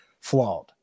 flawed